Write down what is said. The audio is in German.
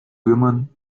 würmern